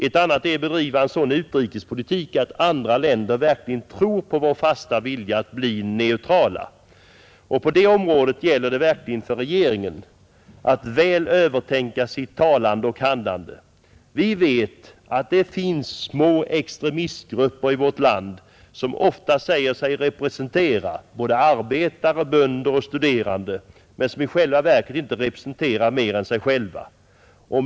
Ett annat är att bedriva en sådan utrikespolitik att andra länder verkligen tror på vår fasta vilja att bli neutrala, På detta område gäller det verkligen för regeringen att väl övertänka sitt talande och handlande, Vi vet att det finns små extremistgrupper i vårt land som ofta säger sig representera både arbetare, bönder och studerande men som i själva verket inte representerar mer än sig själva.